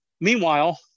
Meanwhile